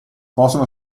possono